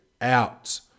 out